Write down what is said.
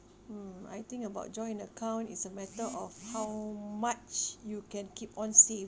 mm I think about joint account it's a matter of how much you can keep on sa~